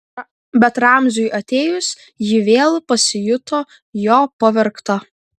bet ramziui atėjus ji vėl pasijuto jo pavergta